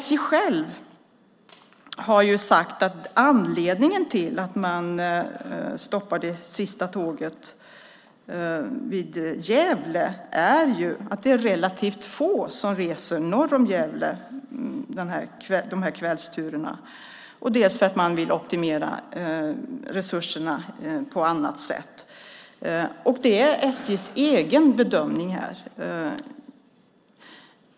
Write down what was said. SJ självt har sagt att anledningen till att man stoppar det sista tåget vid Gävle är att det är relativt få som reser norr om Gävle med kvällsturerna och att man vill optimera resurserna på annat sätt. Det är SJ:s egen bedömning här.